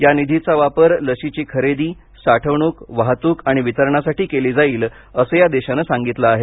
या निधीचा वापर लशीची खरेदी साठवणूक वाहतूक आणि वितरणासाठी केली जाईल असं या देशानं सांगितलं आहे